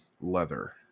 leather